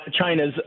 China's